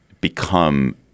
become